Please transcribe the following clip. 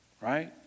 Right